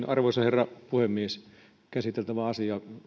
arvoisa herra puhemies käsiteltävä asia